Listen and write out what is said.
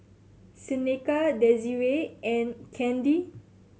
Seneca Desirae and Kandy